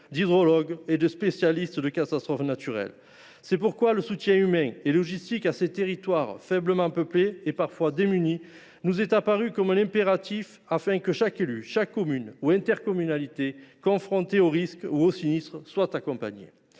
d’hydrologues et de spécialistes des catastrophes naturelles. C’est pourquoi le soutien humain et logistique à ces territoires faiblement peuplés et parfois démunis nous est apparu comme un impératif afin que chaque élu confronté au risque ou au sinistre soit accompagné,